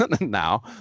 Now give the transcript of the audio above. now